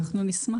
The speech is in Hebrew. אנחנו נשמח לקבל.